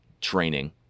training